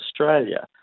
Australia